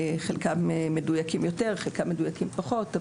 חלקם מדויקים יותר וחלקם מדויקים פחות.